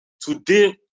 Today